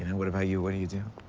and what about you? what do you do?